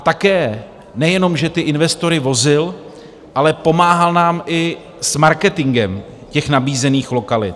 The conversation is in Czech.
Také nejenom, že ty investory vozil, ale pomáhal nám i s marketingem nabízených lokalit.